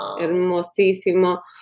Hermosísimo